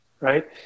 Right